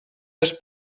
też